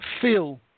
feel